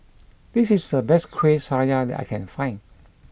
this is the best Kueh Syara that I can find